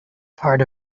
part